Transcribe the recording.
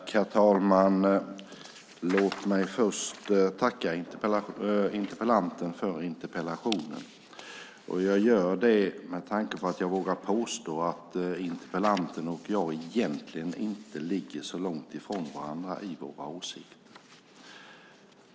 Herr talman! Låt mig först tacka interpellanten för interpellationen. Jag gör det med tanke på att jag vågar påstå att interpellanten och jag egentligen inte ligger så långt från varandra i våra åsikter.